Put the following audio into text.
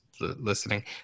listening